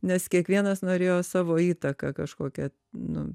nes kiekvienas norėjo savo įtaką kažkokią nu